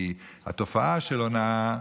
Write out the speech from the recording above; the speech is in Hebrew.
כי התופעה של הונאה,